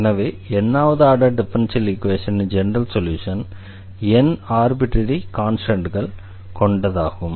எனவே n வது order differential ஈக்வேஷனின் ஜெனரல் சொல்யூஷன் n ஆர்பிட்ரரி கான்ஸ்டண்ட்கள் கொண்ட தீர்வாகும்